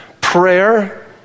prayer